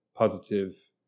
positive